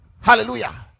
Hallelujah